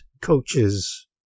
coaches